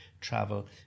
travel